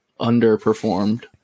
underperformed